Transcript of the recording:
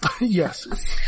Yes